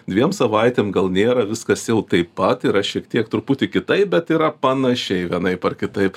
dviem savaitėm gal nėra viskas jau taip pat yra šiek tiek truputį kitaip bet yra panašiai vienaip ar kitaip